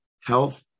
health